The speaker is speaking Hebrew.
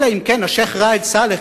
אלא אם כן השיח' ראאד סלאח,